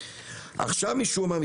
עכשיו משום מה,